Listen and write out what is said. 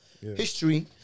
history